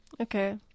Okay